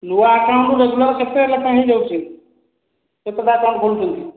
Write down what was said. ନୂଆ ଆକାଉଣ୍ଟ୍ ରୁ ରେଗୁଲାର କେତେ ଲେଖାଏଁ ହୋଇ ଯାଉଛି କେତେଟା ଆକାଉଣ୍ଟ୍ ଖୋଲୁଛନ୍ତି